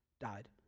died